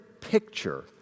picture